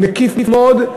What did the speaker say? מקיף מאוד,